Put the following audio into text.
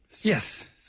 Yes